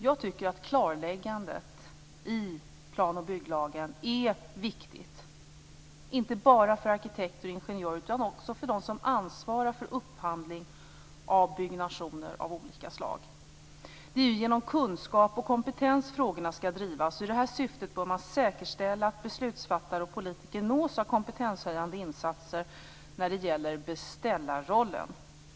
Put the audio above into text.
Jag tycker att klarläggandet i plan och bygglagen är viktigt inte bara för arkitekter och ingenjörer utan också för dem som ansvarar för upphandling av byggnationer av olika slag. Det är genom kunskap och kompetens frågorna skall drivas. I det syftet bör man säkerställa att beslutsfattare och politiker nås av kompetenshöjande insatser när det gäller beställarrollen.